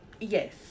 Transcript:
yes